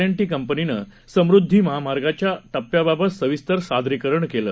and टीकंपनीनंसमुदधीमहामार्गाच्यायाटप्प्याबाबतसविस्तरसादरीकरणकेलं